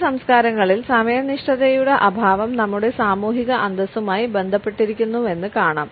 ചില സംസ്കാരങ്ങളിൽ സമയനിഷ്ഠയുടെ അഭാവം നമ്മുടെ സാമൂഹിക അന്തസ്സുമായി ബന്ധപ്പെട്ടിരിക്കുന്നുവെന്ന് കാണാം